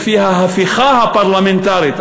לפי ההפיכה הפרלמנטרית,